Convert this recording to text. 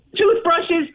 Toothbrushes